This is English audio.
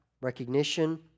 recognition